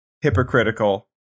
hypocritical